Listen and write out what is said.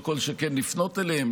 לא כל שכן לפנות אליהם.